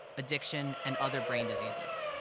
addiction, and other brain diseases.